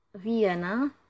Vienna